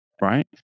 right